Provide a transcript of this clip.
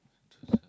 Sentosa